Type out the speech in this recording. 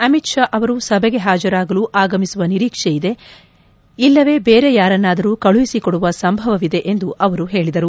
ಅಮಿತ್ ಷಾ ಅವರು ಸಭೆಗೆ ಹಾಜರಾಗಲು ಆಗಮಿಸುವ ನಿರೀಕ್ಷೆ ಇದೆ ಇಲ್ಲವೆ ಬೇರೆ ಯಾರನ್ವಾದರು ಕಳುಹಿಸಿಕೊಡುವ ಸಂಭವವಿದೆ ಎಂದು ಅವರು ಹೇಳಿದರು